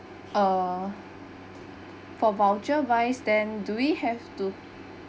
uh for voucher vice then do we have to